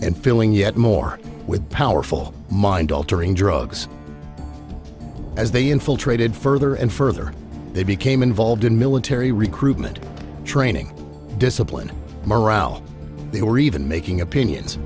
and filling yet more with powerful mind altering drugs as they infiltrated further and further they became involved in military recruitment training discipline morale they were even making opinions